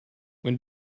when